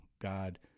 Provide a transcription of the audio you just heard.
God